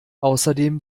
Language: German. außerdem